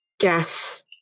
Guess